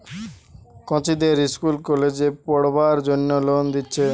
কচিদের ইস্কুল কলেজে পোড়বার জন্যে লোন দিচ্ছে